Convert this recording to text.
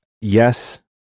yes